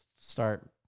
start –